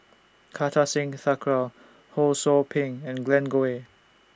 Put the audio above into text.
Kartar Singh Thakral Ho SOU Ping and Glen Goei